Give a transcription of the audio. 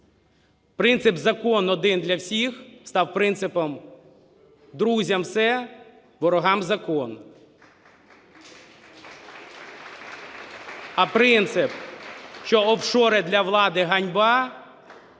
Принцип "закон один для всіх" став принципом "друзям – все, ворогам – закон". А принцип, що "офшори – для влади ганьба",